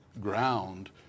ground